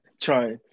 try